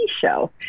show